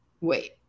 wait